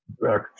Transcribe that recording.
back